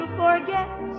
forget